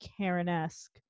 Karen-esque